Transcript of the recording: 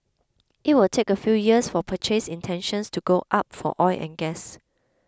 it will take a few years for purchase intentions to go up for oil and gas